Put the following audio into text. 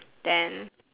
then